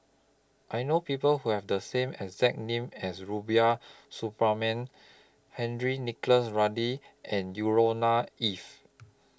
I know People Who Have The same exact name as Rubiah Suparman Henry Nicholas Ridley and Yusnor Ef